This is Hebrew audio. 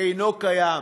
אינו קיים.